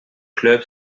club